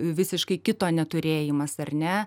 visiškai kito neturėjimas ar ne